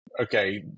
okay